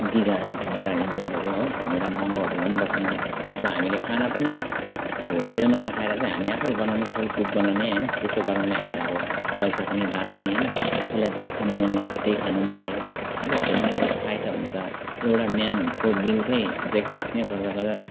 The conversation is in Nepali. दिघाहरू घुमेर इन्जोय गर्यो हो हामी र महँगो होटेलमा बसेन अब हामीले खाना पनि अब होटेलमा नखाएर चाहिँ हामी आफैँ बनाउने सेल्फ कुक बनाउने होइन त्यस्तो गर्नाले हामी अब पैसा पनि बाँच्ने होइन आफूलाई जे खान मन लागेको छ त्यही खानु पायो अब होटेलमा बस खाएको छ भने त एउटा बिहानको बिलकै ब्रेक फास्ट नै गर्दा गर्दा